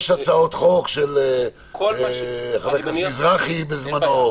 יש הצעות חוק של חבר הכנסת מזרחי בזמנו.